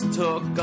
took